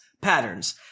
patterns